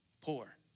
poor